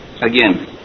again